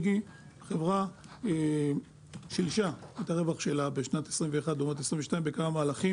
החברה שילשה את הרווח שלה מ-2021 לעומת 2022 בכמה מהלכים